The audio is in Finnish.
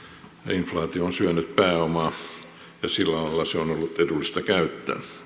inflaatio on syönyt pääomaa ja sillä lailla se on ollut edullista käyttää